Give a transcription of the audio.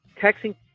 texting